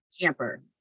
camper